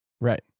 right